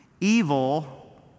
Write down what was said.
Evil